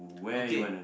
okay